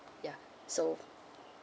ya so